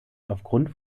aufgrund